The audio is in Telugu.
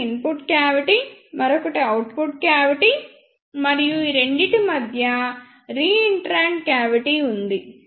ఒకటి ఇన్పుట్ క్యావిటి మరొకటి అవుట్పుట్ క్యావిటి మరియు ఈ రెండింటి మధ్య రీయంట్రన్ట్ క్యావిటి ఉంది